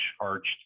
arched